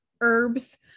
herbs